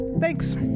thanks